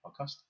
podcast